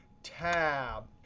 tab.